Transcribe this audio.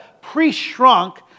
pre-shrunk